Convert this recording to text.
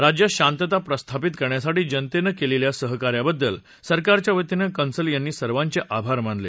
राज्यात शांतता प्रस्थापित करण्यासाठी जनतेनं केलेल्या सहकार्याबद्दल सरकारच्या वतीनं कन्सल यांनी सर्वाचे आभार मानले